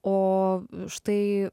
o štai